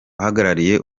uhagarariye